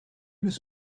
was